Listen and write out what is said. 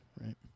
right